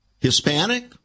Hispanic